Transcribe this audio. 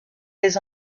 les